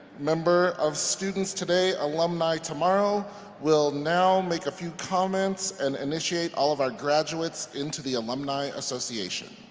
member of students today alumni tomorrow will now make a few comments and initiate all of our graduates into the alumni association.